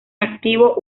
activo